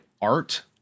art